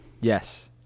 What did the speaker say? Yes